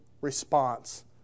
response